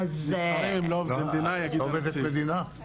אז היא מרימה ידיים ולא